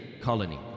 colony